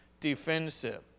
defensive